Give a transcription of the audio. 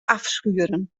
afschuren